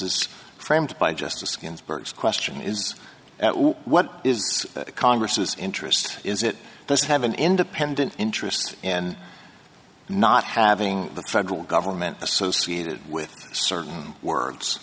is framed by justice ginsburg's question is at what is congress interest is it does have an independent interest and not having the federal government associated with certain words